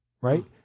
right